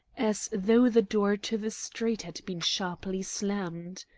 as though the door to the street had been sharply slammed.